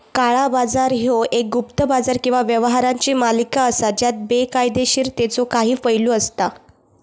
काळा बाजार ह्यो एक गुप्त बाजार किंवा व्यवहारांची मालिका असा ज्यात बेकायदोशीरतेचो काही पैलू असता